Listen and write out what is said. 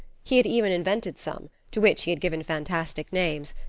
he had even invented some, to which he had given fantastic names,